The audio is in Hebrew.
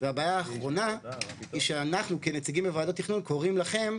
הבעיה האחרונה היא שאנחנו כנציגים בוועדות תכנון קוראים לכם,